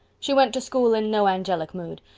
she went to school in no angelic mood.